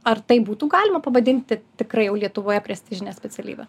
ar tai būtų galima pavadinti tikrai jau lietuvoje prestižinę specialybę